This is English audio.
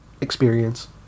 experience